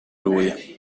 lui